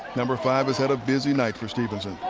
number five has had a busy night for stephenson.